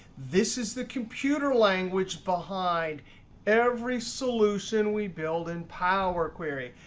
this is the computer language behind every solution we build in power query.